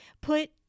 put